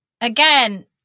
again